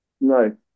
No